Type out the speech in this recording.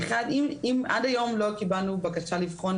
אם עד היום לא קיבלנו בקשה לבחון,